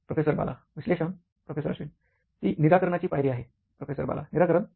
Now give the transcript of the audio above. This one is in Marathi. प्रोसेसर बाला विश्लेषण प्रोफेसर अश्विन ती निराकरणाची पायरी आहे प्रोफेसर बाला निराकरण